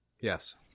Yes